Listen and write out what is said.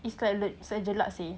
it's like le~ jelak seh